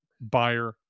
buyer